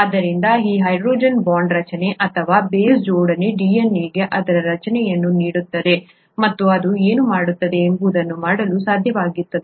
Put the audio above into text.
ಆದ್ದರಿಂದ ಈ hydrogen bond ರಚನೆ ಅಥವಾ ಬೇಸ್ ಜೋಡಣೆಯು DNA ಗೆ ಅದರ ರಚನೆಯನ್ನು ನೀಡುತ್ತದೆ ಮತ್ತು ಅದು ಏನು ಮಾಡುತ್ತದೆ ಎಂಬುದನ್ನು ಮಾಡಲು ಸಾಧ್ಯವಾಗಿಸುತ್ತದೆ